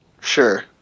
Sure